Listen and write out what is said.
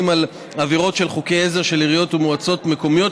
בשל עבירות על חוקי עזר של עיריות ומועצות מקומיות,